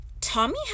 Tommy